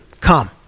come